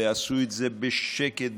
ועשו את זה בשקט,